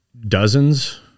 dozens